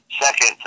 second